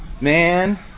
man